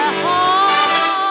heart